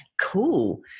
Cool